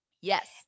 Yes